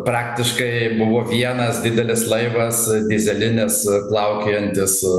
praktiškai buvo vienas didelis laivas dyzelinis plaukiojantis